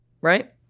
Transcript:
Right